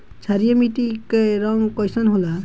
क्षारीय मीट्टी क रंग कइसन होला?